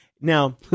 Now